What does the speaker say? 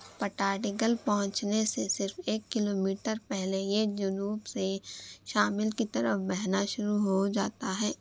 پٹادکل پہنچنے سے صرف ایک کلو میٹر پہلے یہ جنوب سے شامل کی طرف بہنا شروع ہو جاتا ہے